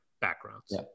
backgrounds